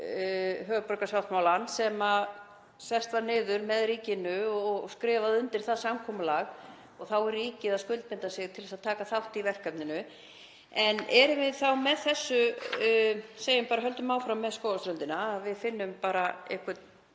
höfuðborgarsáttmálann þar sem sest var niður með ríkinu og skrifað undir það samkomulag og þá var ríkið að skuldbinda sig til að taka þátt í verkefninu. En erum við þá með þessu, höldum bara áfram með Skógarströndina — að við finnum bara einhvern